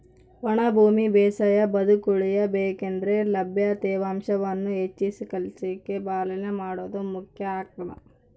ಒಣ ಭೂಮಿ ಬೇಸಾಯ ಬದುಕುಳಿಯ ಬೇಕಂದ್ರೆ ಲಭ್ಯ ತೇವಾಂಶವನ್ನು ಎಚ್ಚರಿಕೆಲಾಸಿ ಪಾಲನೆ ಮಾಡೋದು ಮುಖ್ಯ ಆಗ್ತದ